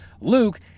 Luke